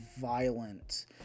violent